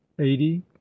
eighty